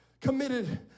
committed